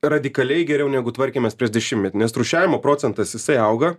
radikaliai geriau negu tvarkemės prieš dešimtmetį nes rūšiavimo procentas jisai auga